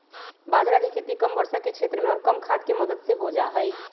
बाजरा के खेती कम वर्षा के क्षेत्र में और कम खाद के मदद से हो जाहई